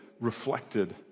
reflected